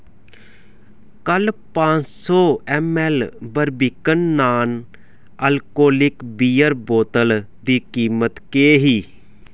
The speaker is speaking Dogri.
कल्ल पंज सौ ml Barbican non alcoholic beer बोतल दी कीमत केह् ही